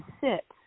sit